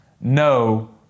no